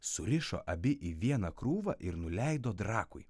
surišo abi į vieną krūvą ir nuleido drakui